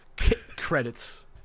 Credits